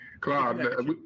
Claude